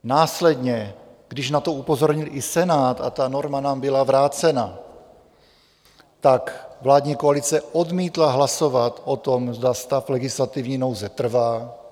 Následně, když na to upozornil i Senát a ta norma nám byla vrácena, tak vládní koalice odmítla hlasovat o tom, zda stav legislativní nouze trvá.